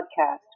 podcast